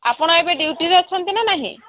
ଆପଣ ଏବେ ଡ୍ୟୁଟିରେ ଅଛନ୍ତି ନା ନାହିଁ